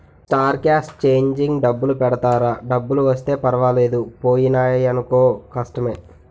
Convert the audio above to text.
star cast changing డబ్బులు పెడతారా డబ్బులు వస్తే పర్వాలేదు పోయినాయనుకో కష్టమే